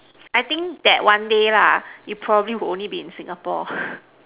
I think that one day lah you probably would only be in Singapore